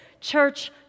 church